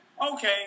okay